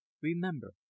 Remember